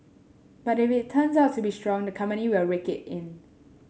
but if it turns out to be strong the company will rake it in